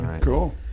Cool